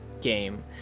game